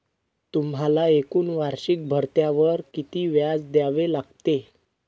तुम्हाला एकूण वार्षिकी भत्त्यावर किती व्याज द्यावे लागले